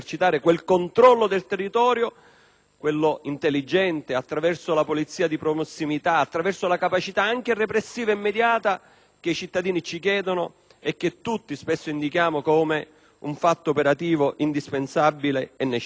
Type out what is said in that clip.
quello intelligente, attraverso la polizia di prossimità e attraverso la capacità repressiva immediata, che i cittadini ci chiedono e che tutti spesso indichiamo come un fatto operativo indispensabile e necessario. Ecco perché